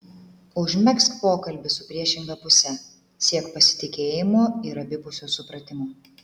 užmegzk pokalbį su priešinga puse siek pasitikėjimo ir abipusio supratimo